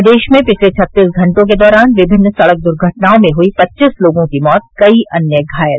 प्रदेश में पिछले छत्तीस घंटो के दौरान विभिन्न सड़क दुर्घटनाओं में हुई पच्चीस लोगों की मौत कई अन्य घायल